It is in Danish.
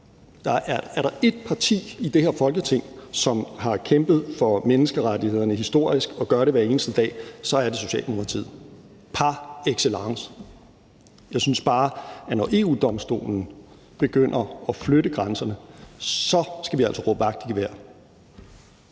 Er der ét parti i det her Folketing, som har kæmpet for menneskerettighederne historisk og gør det hver eneste dag, er det Socialdemokratiet, par excellence. Jeg synes bare, at når EU-Domstolen begynder at flytte grænserne, så skal vi altså råbe vagt i gevær.